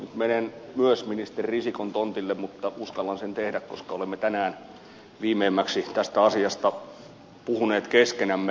nyt menen myös ministeri risikon tontille mutta uskallan sen tehdä koska olemme tänään viimeimmäksi tästä asiasta puhuneet keskenämme